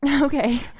Okay